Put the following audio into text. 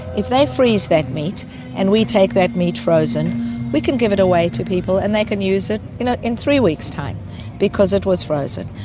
if they freeze that meat and we take that meat frozen we can give it away to people and they can use it in ah in three weeks time because it was frozen.